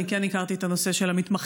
אני כן הכרתי את הנושא של המתמחים,